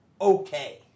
okay